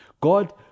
God